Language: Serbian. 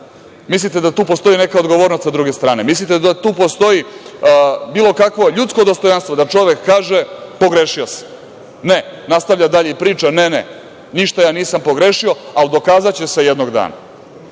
mislite da tu postoji neka odgovornost sa druge strane? Mislite da da tu postoji bilo kakvo ljudsko dostojanstvo da čovek kaže – pogrešio sam? Ne, nastavlja dalje i priča – ne, ne, ništa ja nisam pogrešio, ali dokazaće se jednog dana.